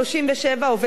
עובד בהיי-טק,